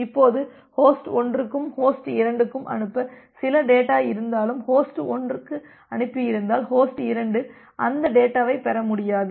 இப்போது ஹோஸ்ட் 1 க்கும் ஹோஸ்ட் 2 க்கும் அனுப்ப சில டேட்டா இருந்தாலும் ஹோஸ்ட் 1 அனுப்பியிருந்தால் ஹோஸ்ட் 2 அந்த டேட்டாவைப் பெற முடியாது